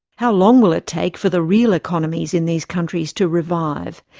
how long will it take for the real economies in these countries to revive?